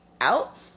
out